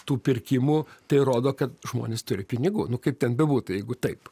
tų pirkimų tai rodo kad žmonės turi pinigų nu kaip ten bebūtų jeigu taip